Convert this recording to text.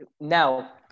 Now